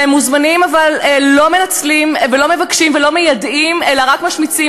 שהם מוזמנים אבל לא מנצלים ולא מבקשים ולא מיידעים אלא רק משמיצים,